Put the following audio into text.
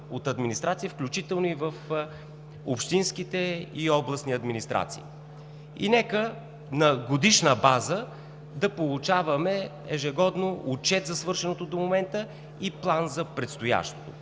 от администрация, включително и в общинските, и областни администрации. Нека на годишна база да получаваме ежегодно отчет за свършеното до момента и план за предстоящото.